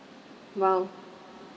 !wow!